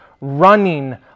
running